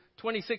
26